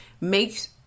makes